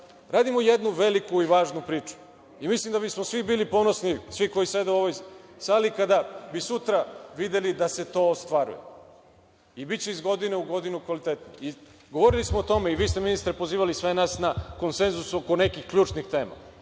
radimo jednu veliku u važnu priču. Mislim da bismo svi bili ponosi, svi koji sede u ovoj sali, kada bi sutra videli da se to ostvaruje i biće iz godine u godinu kvalitetnije. Govorili smo o tome i vi ste ministre pozivali sve nas na konsenzus oko nekih ključnih tema,